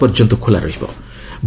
ଏହା ଶୁକ୍ରବାର ପର୍ଯ୍ୟନ୍ତ ଖୋଲା ରହିବ